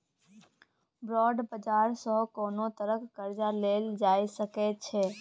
bond बाजार सँ कोनो तरहक कर्जा लेल जा सकै छै